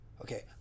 okay